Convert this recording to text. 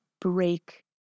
break